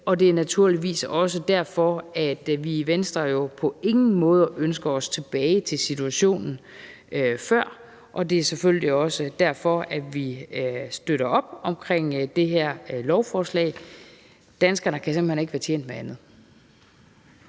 Det er naturligvis også derfor, at vi i Venstre på ingen måde ønsker os tilbage til situationen før, og det er selvfølgelig også derfor, at vi støtter op omkring det her lovforslag. Danskerne kan simpelt hen ikke være tjent med andet.